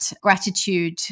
gratitude